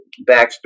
backstory